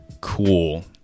cool